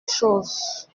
chose